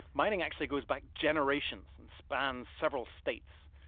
mining actually goes back generations and spans several states.